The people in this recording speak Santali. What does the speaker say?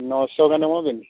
ᱱᱚᱥᱚ ᱜᱟᱱ ᱮᱢᱚᱜ ᱵᱤᱱ